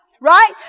Right